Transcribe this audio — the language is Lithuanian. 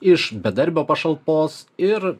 iš bedarbio pašalpos ir